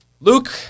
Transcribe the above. Luke